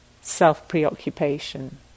self-preoccupation